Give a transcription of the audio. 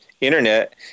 internet